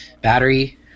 battery